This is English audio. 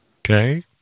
Okay